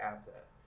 asset